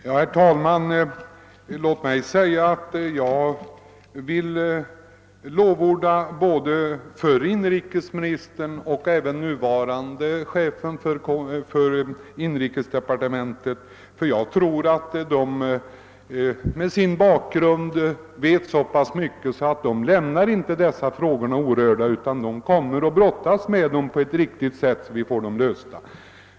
Herr talman! Jag vill ge lovord till både förre inrikesministern och den nuvarande chefen för inrikesdepartementet. Jag tror nämligen att de med sin bakgrund vet så pass mycket att de inte lämnar dessa frågor orörda utan kommer att brottas med dem på ett riktigt sätt, så att vi får dem lösta.